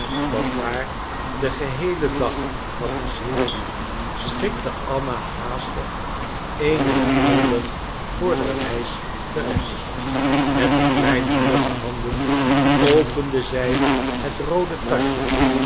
dat haar den geheelen dag had bezield schikte anna haastig een en ander voor de reis terecht met de kleine vlugge handen opende zij het roode taschje